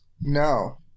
No